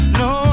no